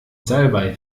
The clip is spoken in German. salbei